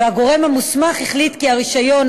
והגורם המוסמך החליט כי הרישיון,